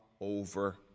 over